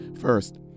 first